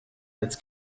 als